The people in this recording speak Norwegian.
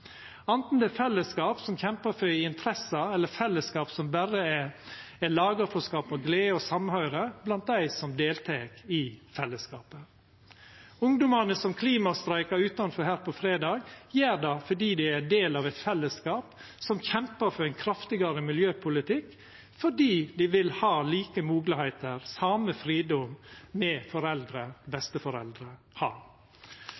anten det er fellesskap ein kan oppleva på arbeidsplassen, i familien, i sjakklubben, på den lokale puben eller i rockebandet, fellesskap som kjempar for interesser, eller fellesskap som berre er laga for å skapa glede og samhøyrsle blant dei som deltek i fellesskapet. Ungdomane som klimastreika utanfor her på fredag, gjer det fordi dei er ein del av eit fellesskap som kjempar for ein kraftigare miljøpolitikk, fordi dei vil ha like moglegheiter